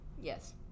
yes